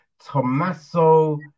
Tommaso